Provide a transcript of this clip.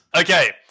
Okay